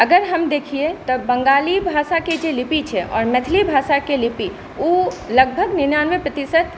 अगर हम देखिए तँ बङ्गाली भाषाके जे लिपि छै आओर मैथिली भाषाके लिपि ओ लगभग निन्यानवे प्रतिशत